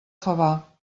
favar